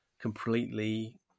completely